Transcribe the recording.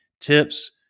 tips